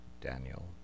Daniel